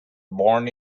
born